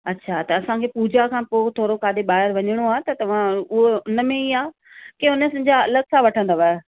अच्छा त असांखे पुॼा खां पोइ थोरो काॾहें ॿाहिरि वञिणो आहे त तव्हां उहो हुन में ई आहे की हुन सॼा अलॻि सां वठंदव